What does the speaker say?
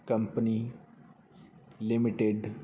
company limited